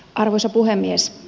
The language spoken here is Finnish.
arvoisa puhemies